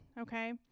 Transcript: okay